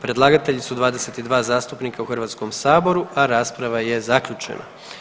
Predlagatelj su 22 zastupnika u Hrvatskom saboru, a rasprava je zaključena.